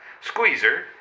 Squeezer